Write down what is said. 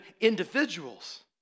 individuals